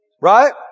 Right